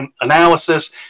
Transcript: analysis